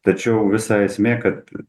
tačiau visa esmė kad